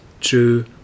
true